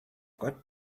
got